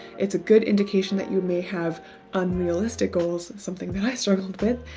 it's a good indication that you may have unrealistic goals. something that i struggled with.